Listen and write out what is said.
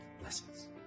Blessings